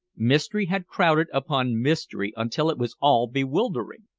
mystery had crowded upon mystery until it was all bewildering.